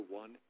one